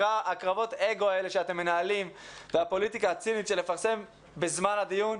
קרבות האגו האלה שאתם מנהלים והפוליטיקה הצינית של לפרסם בזמן הדיון,